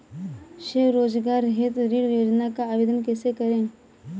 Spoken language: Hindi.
स्वरोजगार हेतु ऋण योजना का आवेदन कैसे करें?